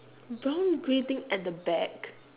brown grey thing at the back